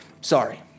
sorry